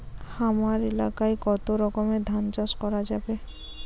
হামার এলাকায় কতো রকমের ধান চাষ করা যাবে?